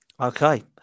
Okay